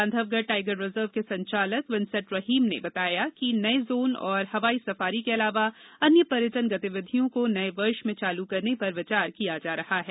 Bandhavgarh tiger reserve के संचालक Vincent Rahim ने बताया कि नए जोन और हवाई सफारी के अलावा अन्य पर्यटन गतिविधियों को नए वर्ष में चालू करने पर विचार किया जा रहा है